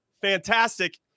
fantastic